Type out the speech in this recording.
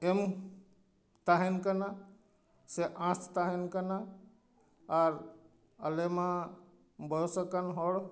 ᱮᱢ ᱛᱟᱦᱮᱱ ᱠᱟᱱᱟ ᱥᱮ ᱟᱥ ᱛᱟᱦᱮᱱ ᱠᱟᱱᱟ ᱟᱨ ᱟᱞᱮ ᱢᱟ ᱵᱚᱭᱚᱥ ᱟᱠᱟᱱ ᱦᱚᱲ